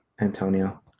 Antonio